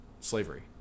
slavery